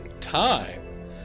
time